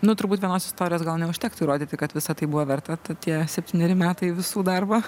nu turbūt vienos istorijos gal neužtektų įrodyti kad visa tai buvo verta ta tie septyneri metai visų darbo